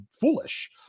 foolish